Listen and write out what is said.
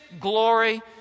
glory